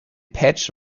patch